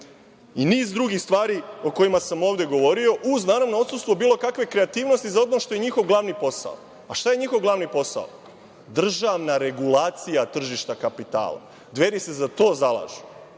i niz drugih stvari o kojima sam ovde govorio uz naravno odsustvo bilo kakve kreativnosti za ono što je njihov glavni posao. Šta je njihov glavni posao? Državna regulacija tržišta kapitala. Dveri se za to zalažu.